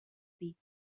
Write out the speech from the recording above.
beat